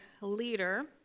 leader